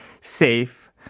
safe